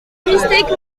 mistake